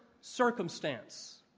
circumstance